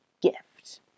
gift